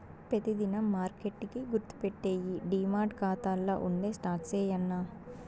పెతి దినం మార్కెట్ కి గుర్తుపెట్టేయ్యి డీమార్ట్ కాతాల్ల ఉండే స్టాక్సే యాన్నా